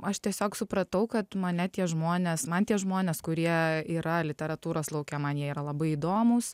aš tiesiog supratau kad mane tie žmonės man tie žmonės kurie yra literatūros lauke man jie yra labai įdomūs